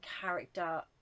character